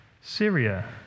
Syria